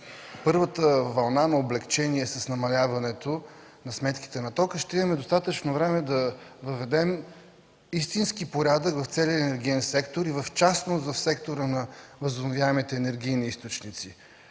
първата вълна на облекчение с намаляването на сметките на тока, ще имаме достатъчно време да въведем истински порядък в целия енергиен сектор и в частност в сектора на възобновяемите енергийни източници.